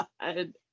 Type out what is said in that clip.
God